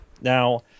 Now